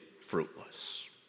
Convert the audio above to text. fruitless